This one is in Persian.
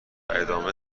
ادامه